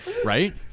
Right